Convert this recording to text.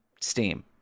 Steam